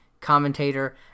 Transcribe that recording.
commentator